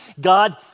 God